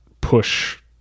push